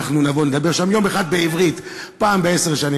אנחנו נבוא לדבר שם יום אחד בעברית פעם בעשר שנים.